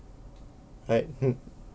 right uh